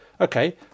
Okay